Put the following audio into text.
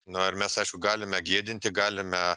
na ir mes aišku galime gėdinti galime